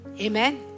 Amen